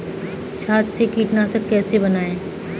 छाछ से कीटनाशक कैसे बनाएँ?